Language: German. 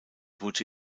wurde